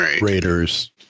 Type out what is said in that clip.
Raiders